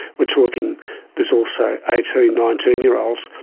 we're talking there's also eighteen, nineteen year olds,